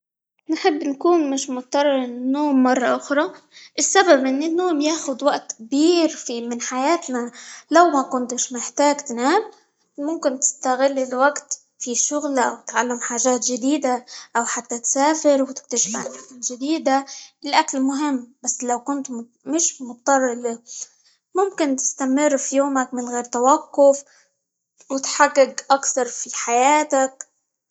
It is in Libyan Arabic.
نحب نكون مش مضطرة للنوم مرة اخرى؛ السبب إن النوم ياخد وقت كبيير -ف- من حياتنا، لو ما كنتش محتاج تنام ممكن تستغل الوقت في شغل، أو تتعلم حاجات جديدة، أو حتى تسافر، وتكتشف أماكن جديدة، الأكل مهم بس لو كنت مش مضطر، ممكن تستمر في يومك من غير توقف، وتحقق أكثر في حياتك.